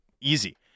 Easy